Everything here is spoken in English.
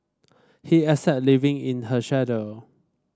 he accept living in her shadow